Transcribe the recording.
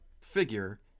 figure